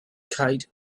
kite